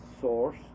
source